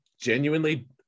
genuinely